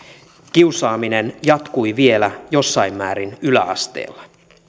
kiusaaminen jatkui vielä jossain määrin yläasteella